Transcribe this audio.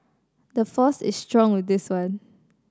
the force is strong with this one